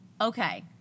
Okay